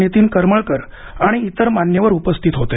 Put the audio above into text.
नीतीन करमळकर आणि इतर मान्यवर उपस्थित होते